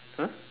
!huh!